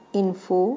info